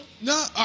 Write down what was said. No